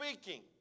speaking